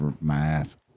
math